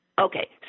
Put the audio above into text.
Okay